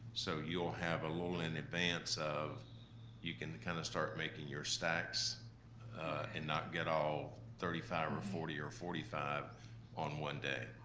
so you will have a little in advance of you can kind of start making your stacks and not get all thirty five, or forty, or forty five on one day.